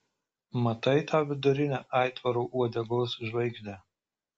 matai tą vidurinę aitvaro uodegos žvaigždę